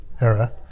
era